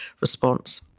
response